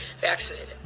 vaccinated